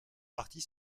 partie